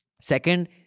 Second